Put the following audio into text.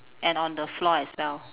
and on the floor as well